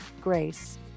grace